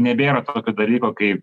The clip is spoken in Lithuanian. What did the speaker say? nebėra tokio dalyko kaip